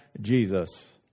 Jesus